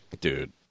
Dude